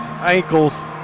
ankles